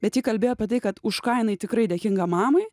bet ji kalbėjo apie tai kad už ką jinai tikrai dėkinga mamai